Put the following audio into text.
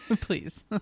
Please